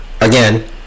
again